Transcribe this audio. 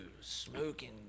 smoking